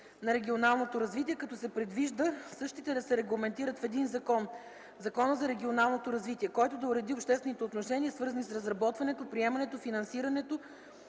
на регионалното развитие, като се предвижда същите да се регламентират в един закон – Закона за регионалното развитие, който да уреди обществените отношения, свързани с разработването, приемането, финансирането,